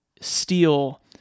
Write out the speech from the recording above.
steal